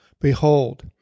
Behold